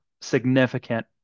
significant